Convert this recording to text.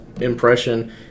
impression